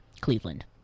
Cleveland